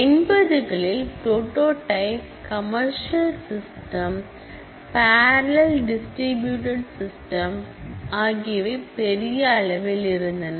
எண்பதுகளில் prototype commercial system parallel distributed system ஆகியவை பெரிய அளவில் இருந்தன